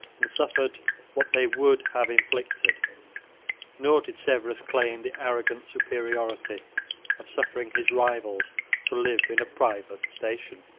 and suffered what they would have inflicted nor did severus claim the arrogant superiority of suffering his rivals to live in a private station.